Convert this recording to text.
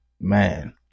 man